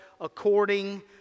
according